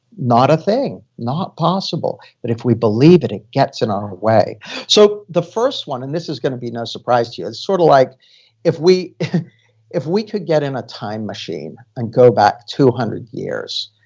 not a thing, not possible but if we believe that it gets in our way so the first one, and this is going to be no surprise to you, it's sort of like if we if we could get in a time machine, and go back two hundred years,